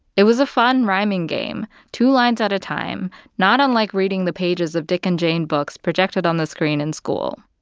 it was a fun rhyming game two lines at a time, not unlike reading the pages of dick and jane books projected on the screen in school.